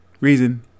Reason